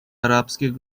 арабских